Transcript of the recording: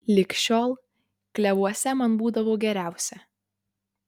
lig šiol klevuose man būdavo geriausia